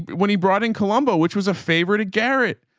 but when he brought in columbia, which was a favorite of garrett.